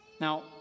Now